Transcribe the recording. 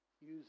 Use